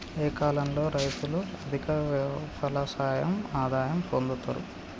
ఏ కాలం లో రైతులు అధిక ఫలసాయం ఆదాయం పొందుతరు?